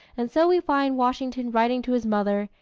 and so we find washington writing to his mother,